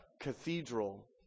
cathedral